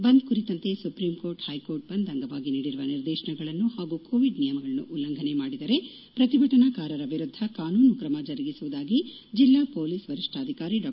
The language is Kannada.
ಬಂದ್ ಕುರಿತಂತೆ ಸುಪ್ರೀಂಕೋರ್ಟ್ ಹೈಕೋರ್ಟ್ ನೀಡಿರುವ ನಿರ್ದೇಶನಗಳನ್ನು ಹಾಗೂ ಕೋವಿಡ್ ನಿಯಮಗಳನ್ನು ಉಲ್ಲಂಘನೆ ಮಾಡಿದರೆ ಪ್ರತಿಭಟನಾಕಾರರ ವಿರುದ್ಧ ಕಾನೂನು ಕ್ರಮ ಜರುಗಿಸುವುದಾಗಿ ಜಿಲ್ಲಾ ಪೊಲೀಸ್ ವರಿಷ್ಠಾಧಿಕಾರಿ ಡಾ